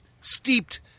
steeped